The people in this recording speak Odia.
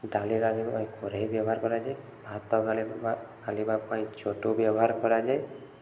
ଡ଼ାଲି ପାଇଁ କରେଇ ବ୍ୟବହାର କରାଯାଏ ଭାତ ଗାଲିବା ପାଇଁ ଚଟୁ ବ୍ୟବହାର କରାଯାଏ